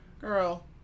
Girl